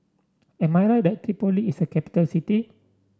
am I right that Tripoli is a capital city